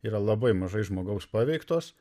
yra labai mažai žmogaus paveiktos